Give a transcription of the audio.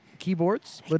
Keyboards